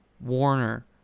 Warner